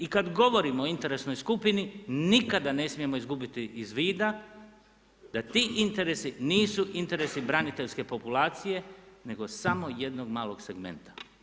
I kada govorimo o interesnoj skupini nikada ne smijemo izgubiti iz vida da ti interesi nisu interesi braniteljske populacije, nego samo jednog malog segmenta.